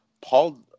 Paul